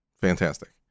Fantastic